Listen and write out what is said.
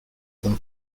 than